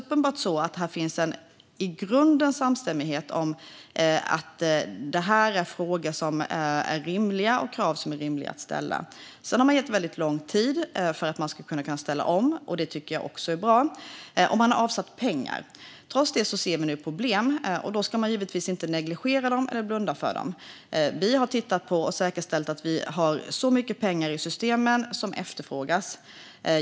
Det finns uppenbart en samstämmighet om att kraven är rimliga. Man har gett lång tid för omställning, vilket jag tycker är bra. Man har också avsatt pengar. Trots det ser vi problem, och dem ska vi förstås inte blunda för. Vi har säkerställt att det finns så mycket pengar i systemen som efterfrågas.